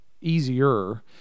easier